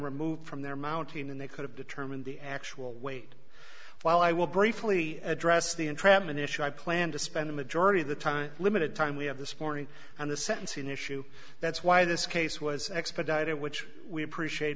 removed from their mountain and they could determine the actual weight while i will briefly address the entrapment issue i plan to spend a majority of the time limited time we have this morning and the sentencing issue that's why this case was expedited which we appreciate